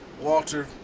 Walter